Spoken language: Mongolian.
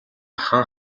хан